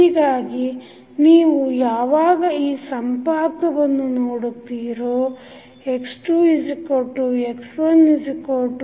ಹೀಗಾಗಿ ನೀವು ಯಾವಾಗ ಈ ಸಂಪಾತವನ್ನು ನೋಡುತ್ತಿರೋ x2x1dx1dt